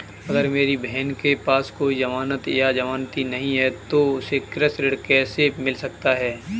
अगर मेरी बहन के पास कोई जमानत या जमानती नहीं है तो उसे कृषि ऋण कैसे मिल सकता है?